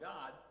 God